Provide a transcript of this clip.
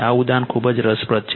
આ ઉદાહરણ ખૂબ જ રસપ્રદ છે